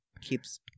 keeps